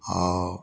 आओर